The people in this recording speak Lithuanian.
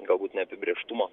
galbūt neapibrėžtumo